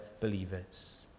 believers